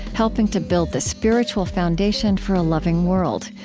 helping to build the spiritual foundation for a loving world.